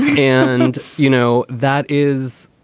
and you know that is.